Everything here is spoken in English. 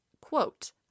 quote